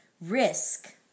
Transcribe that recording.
Risk